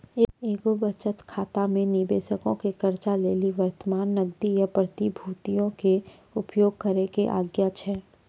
एगो बचत खाता मे निबेशको के कर्जा लेली वर्तमान नगदी या प्रतिभूतियो के उपयोग करै के आज्ञा छै